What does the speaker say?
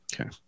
Okay